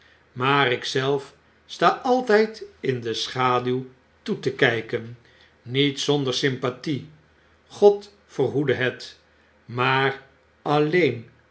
maar ik zelf sta altyd in de schaduw toe te kjjken met zonder sympathie god verhoedde het maar alleen